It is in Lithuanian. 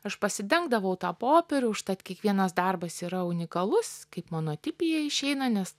aš pasidengdavau tą popierių užtat kiekvienas darbas yra unikalus kaip monotipija išeina nes